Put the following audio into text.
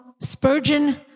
Spurgeon